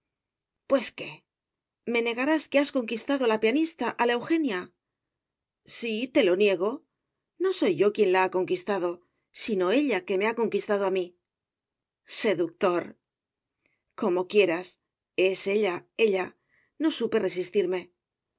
pues qué me negarás que has conquistado a la pianista a la eugenia sí te lo niego no soy yo quien la ha conquistado sino ella quien me ha conquistado a mí seductor como quieras es ella ella no supe resistirme